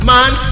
Man